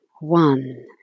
One